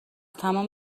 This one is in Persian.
تمام